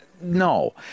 no